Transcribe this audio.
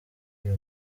uyu